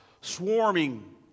swarming